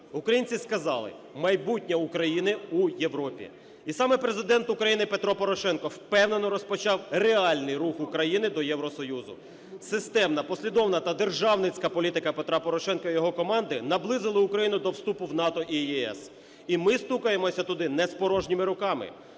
українці сказали: "Майбутнє України – у Європі". І саме Президент України Петро Порошенко впевнено розпочав реальний рух України до Євросоюзу. Системна, послідовна та державницька політика Петра Порошенка його команди наблизили Україну до вступу в НАТО і ЄС. І ми стукаємо туди не з порожніми руками.